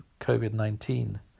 COVID-19